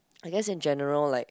I guess in general like